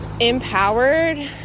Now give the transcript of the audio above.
empowered